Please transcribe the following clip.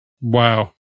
Wow